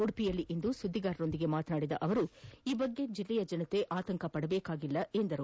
ಉಡುಪಿಯಲ್ಲಿಂದು ಸುದ್ದಿಗಾರರೊಂದಿಗೆ ಮಾತನಾಡಿದ ಅವರು ಈ ಬಗ್ಗೆ ಜಿಲ್ಲೆಯ ಜನತೆ ಆತಂಕ ಪಡಬೇಕಿಲ್ಲ ಎಂದರು